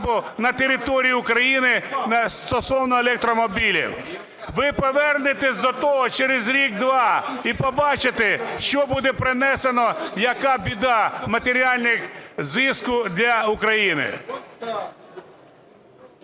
на території України стосовно електромобілів. Ви повернетесь до того через рік-два і побачите, що буде принесено, яка біда матеріального зиску для України.